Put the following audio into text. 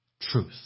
Truth